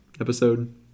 episode